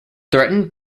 threatened